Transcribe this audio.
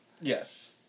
Yes